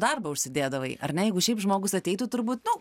darbo užsidėdavai ar ne jeigu šiaip žmogus ateitų turbūt